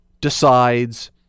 decides